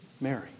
Mary